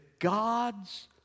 God's